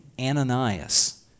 Ananias